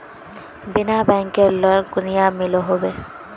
बिना बैंकेर लोन कुनियाँ मिलोहो होबे?